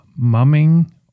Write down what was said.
mumming